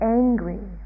angry